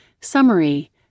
Summary